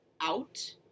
out